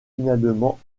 finalement